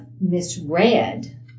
Misread